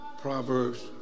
Proverbs